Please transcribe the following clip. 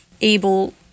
able